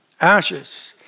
Ashes